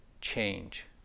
change